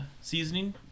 Seasoning